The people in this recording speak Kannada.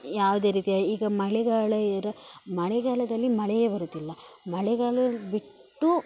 ಯಾವುದೇ ರೀತಿಯ ಈಗ ಮಳೆಗಾಲ ಇರ ಮಳೆಗಾಲದಲ್ಲಿ ಮಳೆಯೇ ಬರೋದಿಲ್ಲ ಮಳೆಗಾಲ ಬಿಟ್ಟು